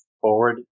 forward